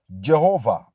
Jehovah